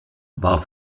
war